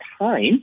time